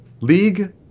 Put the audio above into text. League